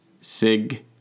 Sig